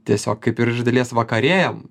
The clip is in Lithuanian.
tiesiog kaip ir iš dalies vakarėjam